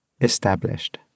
established